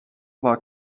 war